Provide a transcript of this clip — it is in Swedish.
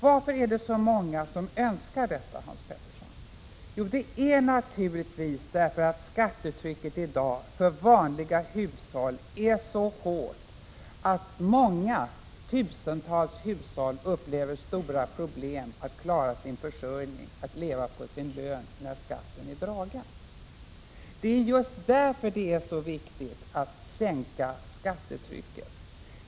Varför är det så många som önskar att momsen tas bort på maten, Hans Petersson? Jo, det är naturligtvis därför att skattetrycket för vanliga inkomsttagare i dag är så hårt att tusentals hushåll upplever stora problem med att klara sin försörjning, att leva på sin lön när skatten är dragen. Det är just därför det är så viktigt att sänka skattetrycket.